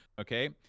okay